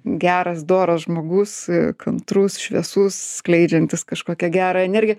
geras doras žmogus kantrus šviesus skleidžiantis kažkokią gerą energiją